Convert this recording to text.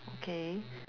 okay